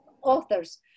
authors